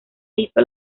hizo